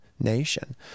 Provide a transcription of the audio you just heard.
nation